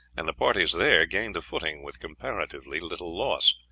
and the parties there gained a footing with comparatively little loss.